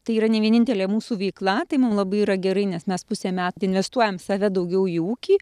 tai yra ne vienintelė mūsų veikla tai mum labai yra gerai nes mes pusę metų investuojame save daugiau jų ūkį